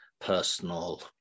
personal